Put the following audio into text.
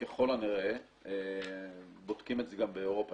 וככל הנראה - בודקים את זה גם באירופה,